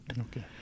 Okay